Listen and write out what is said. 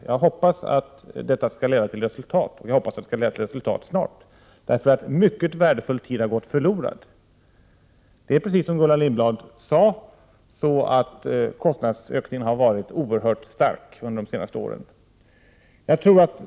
Jag hoppas att detta skall leda till resultat och det snart. Mycket värdefull tid har gått förlorad. Precis som Gullan Lindblad sade har kostnadsökningen varit oerhört kraftig under de senaste åren.